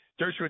Dershowitz